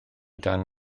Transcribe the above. dan